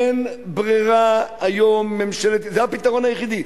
אין ברירה היום, זה הפתרון היחיד.